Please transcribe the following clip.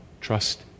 trust